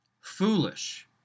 Foolish